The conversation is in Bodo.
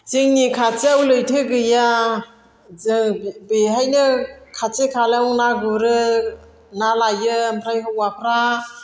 जोंनि खाथियाव लैथो गैया जों बेहायनो खाथि खालायाव ना गुरो ना लायो ओमफ्राय हौवाफ्रा